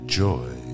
joy